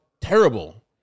terrible